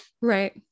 Right